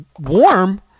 warm